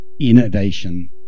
innovation